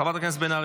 חברת הכנסת בן ארי.